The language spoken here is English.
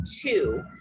two